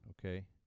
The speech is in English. okay